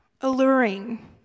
alluring